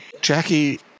Jackie